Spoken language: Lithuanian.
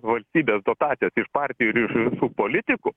valstybės dotacijas iš partijų ir iš visų politikų